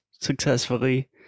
successfully